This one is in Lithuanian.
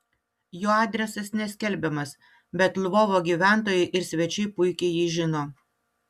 jo adresas neskelbiamas bet lvovo gyventojai ir svečiai puikiai jį žino